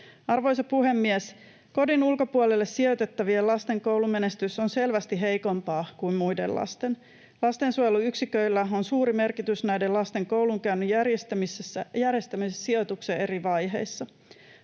Arvoisa puhemies! Kodin ulkopuolelle sijoitettavien lasten koulumenestys on selvästi heikompaa kuin muiden lasten. Lastensuojeluyksiköillä on suuri merkitys näiden lasten koulunkäynnin järjestämisessä sijoituksen eri vaiheissa.